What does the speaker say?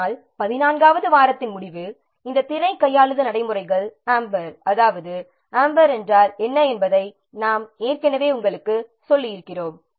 ஆனால் 14 வது வாரத்தின் முடிவில் இந்த திரை கையாளுதல் நடைமுறைகள் அம்பர் அதாவது அம்பர் என்றால் என்ன என்பதை நாங்கள் ஏற்கனவே உங்களுக்குச் சொல்லியிருக்கிறோம்